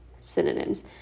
synonyms